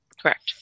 Correct